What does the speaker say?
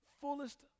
fullest